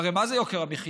והרי מה זה יוקר המחיה?